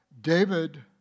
David